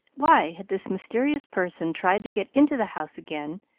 why had this mysterious person tried to get into the house again,